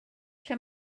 lle